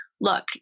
look